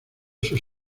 sus